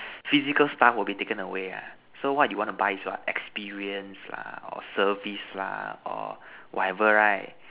physical stuff will be taken away ah so what you want to buy is what experience lah or service lah or whatever right